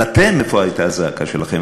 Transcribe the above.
אבל אתם, איפה הייתה הזעקה שלכם?